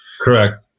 Correct